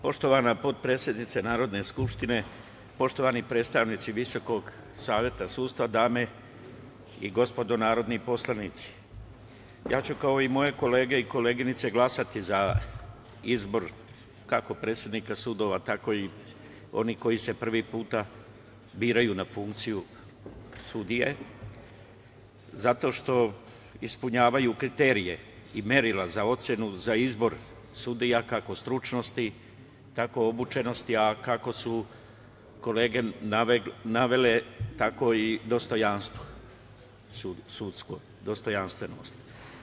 Poštovana potpredsednice Narodne skupštine, poštovani predstavnici Visokog saveta sudstva, dame i gospodo narodni poslanici, ja ću, kao i moje kolege i koleginice, glasati za izbor kako predsednika sudova, tako i onih koji se prvi put biraju na funkciju sudije, zato što ispunjavaju kriterijume i merila za ocenu za izbor sudija kako stručnosti, tako obučenosti, a kako su kolege navele, tako i dostojanstva sudskog.